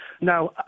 Now